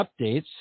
updates